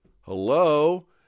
Hello